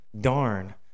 Darn